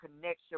connection